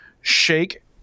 shake